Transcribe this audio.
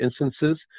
instances